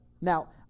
Now